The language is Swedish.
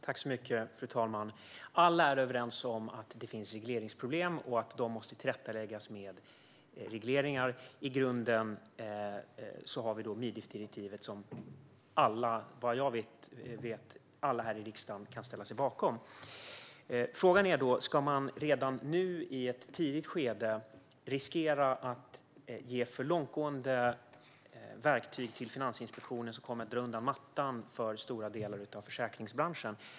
Fru talman! Alla är överens om att det finns regleringsproblem och att de måste tillrättaläggas med regleringar. I grunden har vi Mifid-direktivet, som såvitt jag vet alla här i riksdagen kan ställa sig bakom. Frågan är då: Ska man redan nu, i ett tidigt skede, riskera att ge för långtgående verktyg till Finansinspektionen, som kommer att dra undan mattan för stora delar av försäkringsbranschen.